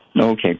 Okay